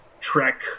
Trek